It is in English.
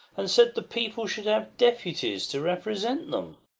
and said the people should have deputies to represent them.